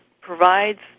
provides